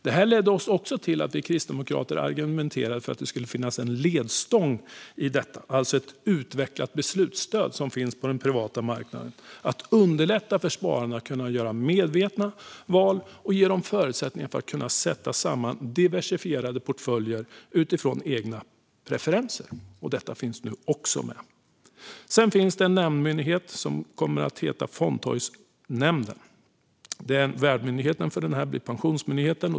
Detta ledde också till att vi kristdemokrater argumenterade för att det skulle finnas en ledstång i detta, alltså ett utvecklat beslutsstöd, som det finns på den privata marknaden, för att underlätta för spararna att göra medvetna val och ge dem förutsättningar att sätta samman diversifierade portföljer utifrån egna preferenser. Även detta finns nu med. Det finns en nämndmyndighet som kommer att heta Fondtorgsnämnden. Värdmyndighet för denna nämnd blir Pensionsmyndigheten.